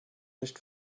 nicht